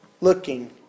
Looking